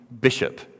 bishop